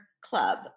Club